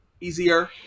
easier